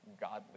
godly